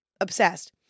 obsessed